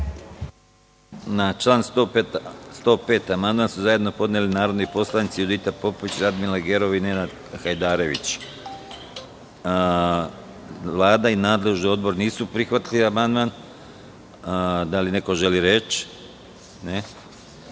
Na član 105. amandman su zajedno podneli narodni poslanici Judita Popović, Radmila Gerov i Kenan Hajdarević. Vlada i nadležni odbor nisu prihvatili amandman. Da li neko želi reč?